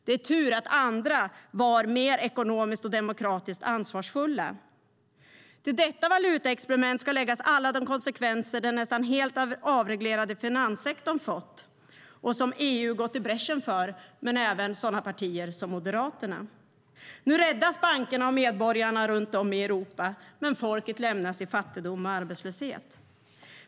Det är tur att andra var med ekonomiskt och demokratiskt ansvarsfulla. Till detta valutaexperiment ska läggas alla de konsekvenser som den nästan helt avreglerade finanssektorn fått och som EU, och även sådana partier som Moderaterna, gått i bräschen för. Nu räddas bankerna och medborgarna runt om i Europa, men folket lämnas i fattigdom och arbetslöshet.